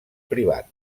privat